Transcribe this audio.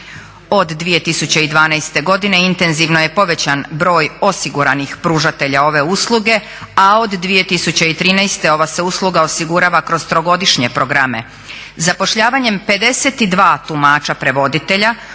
Od 2012. godine intenzivno je povećan broj osiguranih pružatelja ove usluge, a od 2013. ova se usluga osigurava kroz trogodišnje programe. Zapošljavanjem 52 tumača prevoditelja